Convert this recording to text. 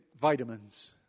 vitamins